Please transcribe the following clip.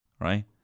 right